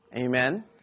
amen